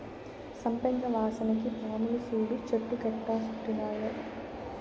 సంపెంగ వాసనకి పాములు సూడు చెట్టు కెట్టా సుట్టినాయో